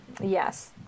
yes